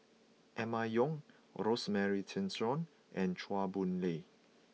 Emma Yong Rosemary Tessensohn and Chua Boon Lay